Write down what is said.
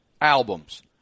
albums